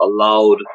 allowed